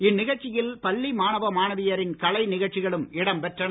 இந்நிகழ்ச்சியில் பள்ளி மாணவ மாணவியரின் கலை நிகழ்ச்சிகளும் இடம் பெற்றன